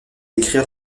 décrire